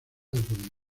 álbumes